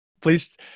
Please